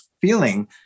feeling